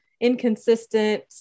inconsistent